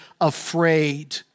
afraid